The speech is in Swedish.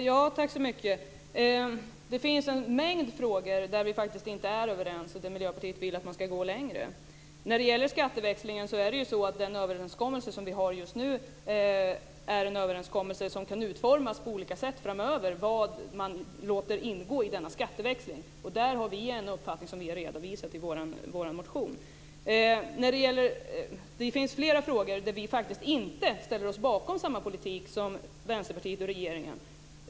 Fru talman! Det finns en mängd frågor där vi faktiskt inte är överens och där Miljöpartiet vill att man ska gå längre. När det gäller skatteväxlingen är den överenskommelse som vi har just nu en överenskommelse som framöver kan utformas på olika sätt - sett till vad man låter ingå i denna skatteväxling. Där har vi en uppfattning som vi har redovisat i vår motion. Vidare finns det flera frågor där vi faktiskt inte ställer oss bakom samma politik som Vänsterpartiet och regeringen.